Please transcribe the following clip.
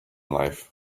life